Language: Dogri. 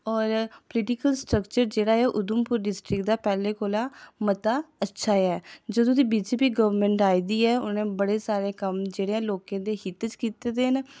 होर पोलिटिकल स्ट्रक्चर जेह्ड़ा ऐ उधमपुर डिस्ट्रिक दा पैह्लें कोला मता अच्छा ऐ जदूं दी बी जे पी गौरमैंट आई दी ऐ उ'नें बड़े सारे कम्म जेह्डे ऐ लोकें दे हित च कीते दे न